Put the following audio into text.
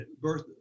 birth